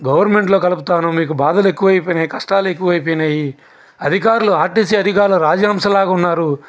గవర్నమెంట్లో కలుపుతాను మీకు బాధలు ఎక్కువైపోయినాయి కష్టాలు ఎక్కువైపోయినాయి అధికారులు ఆర్టీసీ అధికారులు రాజహంసలాగా ఉన్నారు